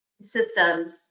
systems